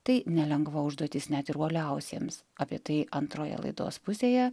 tai nelengva užduotis net ir uoliausiems apie tai antroje laidos pusėje